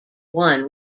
won